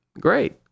Great